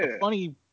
funny